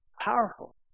Powerful